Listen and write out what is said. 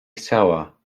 chciała